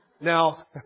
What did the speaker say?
Now